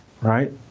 right